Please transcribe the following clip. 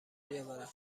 بیاورند